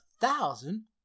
thousand